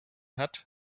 hat